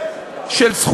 כל זמן שאתה כובש אותם,